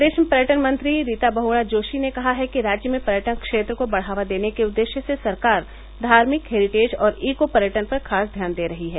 प्रदेश की पर्यटन मंत्री रीता बहुगुणा जोशी ने कहा है कि राज्य में पर्यटन क्षेत्र को बढ़ा देने के उद्देश्य से सरकार धार्मिक हेरीटेज और इको पर्यटन पर खास ध्यान दे रही है